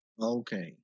Okay